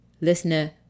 listener